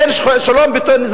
אין שלום בין אדם לבין סביבתו,